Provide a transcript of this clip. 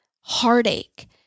heartache